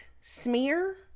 smear